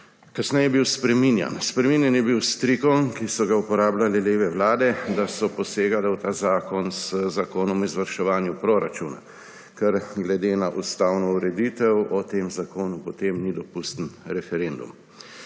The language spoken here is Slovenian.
Kasneje je bil spreminjan. Spreminjan je bil s trikom, ki so ga uporabljale leve vlade, da so posegale v ta zakon z zakonom o izvrševanju proračuna, ker glede na ustavno ureditev o tem zakonu potem ni dopusten referendum.